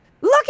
look